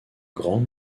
grande